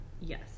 Yes